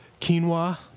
quinoa